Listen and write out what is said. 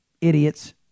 idiots